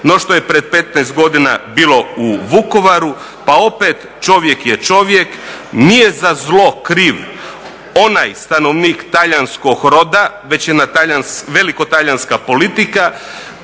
no što je prije 15 godina bilo u Vukovaru. Pa opet čovjek je čovjek, nije za zlo kriv onaj stanovnik talijanskog roda, već je velikotalijanska politika